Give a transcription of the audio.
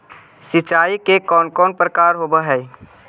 सिंचाई के कौन कौन प्रकार होव हइ?